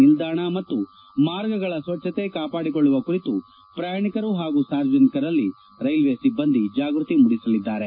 ನಿಲ್ದಾಣ ಮತ್ತು ಮಾರ್ಗಗಳ ಸ್ವಚ್ಛತೆ ಕಾಪಾಡಿಕೊಳ್ಳುವ ಕುರಿತು ಪ್ರಯಾಣಿಕರು ಪಾಗೂ ಸಾರ್ವಜನಿಕರಲ್ಲಿ ರೈಲ್ವೆ ಸಿಬ್ಬಂದಿ ಜಾಗೃತಿ ಮೂಡಿಸಲಿದ್ದಾರೆ